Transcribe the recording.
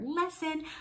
lesson